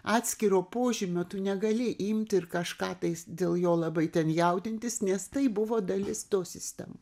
atskiro požymio tu negali imti ir kažką tais dėl jo labai ten jaudintis nes tai buvo dalis tos sistemos